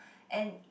and